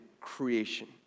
creation